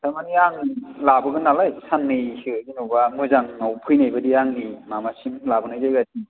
थारमानि आङो लाबोगोन नालाय साननै सो जेन'बा मोजांआव फैनाय बादि आंनि माबासिम लाबोनाय जायगासिम